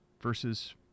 versus